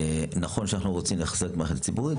נכון שאנחנו רוצים לחזק את המערכת הציבורית